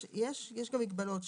יש גם מגבלות.